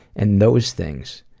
and those things,